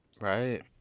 right